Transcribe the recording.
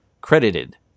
credited